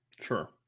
Sure